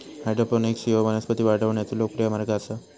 hydroponics ह्यो वनस्पती वाढवण्याचो लोकप्रिय मार्ग आसा